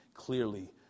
clearly